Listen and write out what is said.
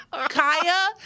Kaya